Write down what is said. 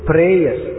Prayers